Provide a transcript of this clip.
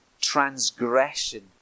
transgression